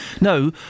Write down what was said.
No